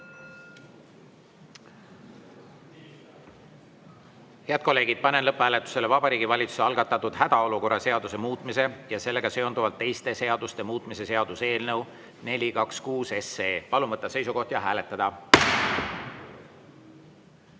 Head kolleegid, panen lõpphääletusele Vabariigi Valitsuse algatatud hädaolukorra seaduse muutmise ja sellega seonduvalt teiste seaduste muutmise seaduse eelnõu 426. Palun võtta seisukoht ja hääletada!